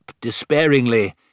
despairingly